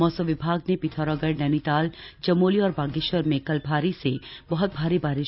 मौसम विभाग ने पिथौरागढ़ नैनीताल चमोली और बागे वर में कल भारी से बहुत भारी बारि